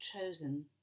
chosen